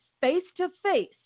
face-to-face